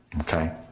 Okay